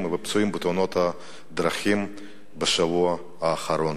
והפצועים בתאונות הדרכים בשבוע האחרון.